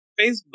Facebook